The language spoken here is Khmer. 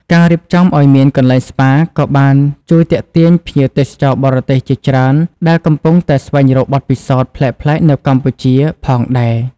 ការរៀបចំឲ្យមានកន្លែងស្ប៉ាក៏បានជួយទាក់ទាញភ្ញៀវទេសចរបរទេសជាច្រើនដែលកំពុងតែស្វែងរកបទពិសោធន៍ប្លែកៗនៅកម្ពុជាផងដែរ។